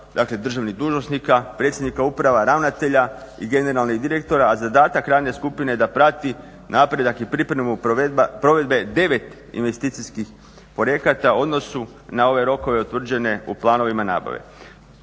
redova državnih dužnosnika, predsjednika uprava, ravnatelja i generalnih direktora. A zadatak radne skupne je da prati napredak i pripremu provedbe 9 investicijskih projekata u odnosu na ove rokove utvrđene u planovima nabave.